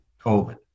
COVID